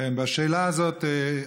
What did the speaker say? בשאלה הזאת,